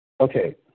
Okay